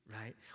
right